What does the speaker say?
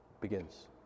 begins